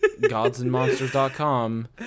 Godsandmonsters.com